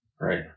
Right